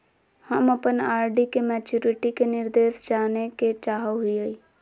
हम अप्पन आर.डी के मैचुरीटी के निर्देश जाने के चाहो हिअइ